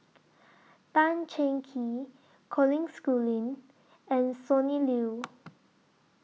Tan Cheng Kee Colin Schooling and Sonny Liew